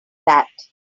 that